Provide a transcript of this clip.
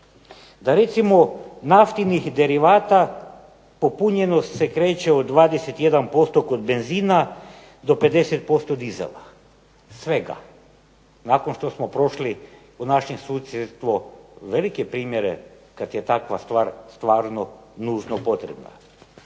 da recimo naftnih derivata popunjenost se kreće od 21% kod benzina do 50% diesela svega, nakon što smo prošli u naše susjedstvo velike primjere kada je stvar stvarno nužno potrebna